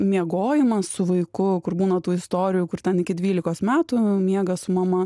miegojimas su vaiku kur būna tų istorijų kur ten iki dvylikos metų miega su mama